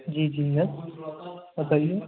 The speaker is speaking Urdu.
جی جی ہے بتائیے